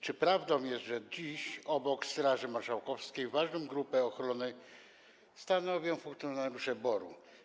Czy prawdą jest, że dziś obok Straży Marszałkowskiej ważną grupę ochrony stanowią funkcjonariusze BOR-u?